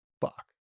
Fuck